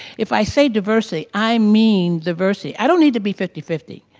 if i say diversity, i mean diversity. i don't need to be fifty fifty.